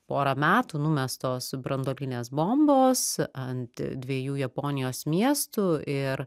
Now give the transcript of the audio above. porą metų numestos branduolinės bombos ant dviejų japonijos miestų ir